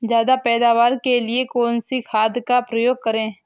ज्यादा पैदावार के लिए कौन सी खाद का प्रयोग करें?